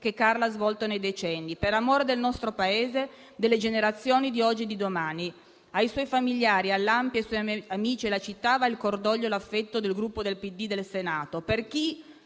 che Carla ha svolto nei decenni, per amore del nostro Paese e delle generazioni di oggi e di domani. Ai suoi familiari, all'ANPI, ai suoi amici e alla città vanno il cordoglio e l'affetto del Gruppo PD del Senato.